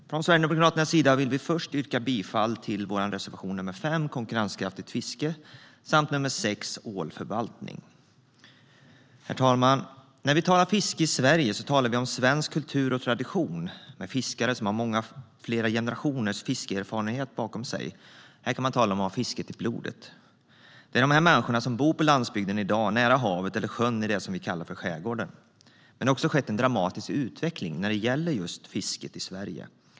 Herr talman! Från Sverigedemokraternas sida vill jag först yrka bifall till vår reservation nr 5 om konkurrenskraftigt fiske och nr 6 om ålförvaltning. Herr talman! När vi talar fiske i Sverige talar vi om svensk kultur och tradition med fiskare som har flera generationers fiskeerfarenhet bakom sig. Här kan man tala om att ha fisket i blodet. Det är de människorna som bor på landsbygden i dag nära havet eller sjön i det som vi kallar för skärgården. Men det har skett en dramatisk utveckling när det gäller fisket i Sverige.